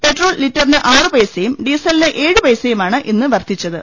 petrol ലിറ്ററിന് ആറു പൈസയും ഡീസലിന് ഏഴ് പൈസയുമാണ് ഇന്ന് വർധിച്ചത്